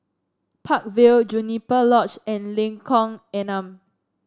Park Vale Juniper Lodge and Lengkong Enam